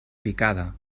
picada